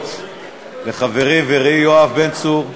להודות לחברי ורעי יואב בן צור.